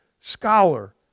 scholar